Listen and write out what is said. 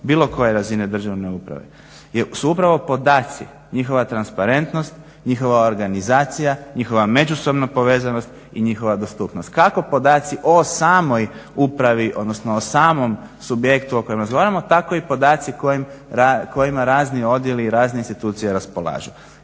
bilo koje razine državne uprave su upravo podaci, njihova transparentnost, njihova organizacija, njihova međusobna povezanost i njihova dostupnost kako podaci o samoj upravi odnosno o samom subjektu o kojem razgovaramo tako i podaci kojima razni odijeli i razne institucije raspolažu.